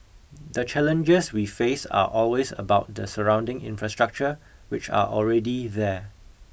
the challenges we face are always about the surrounding infrastructure which are already there